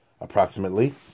approximately